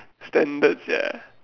standard sia